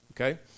okay